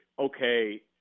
okay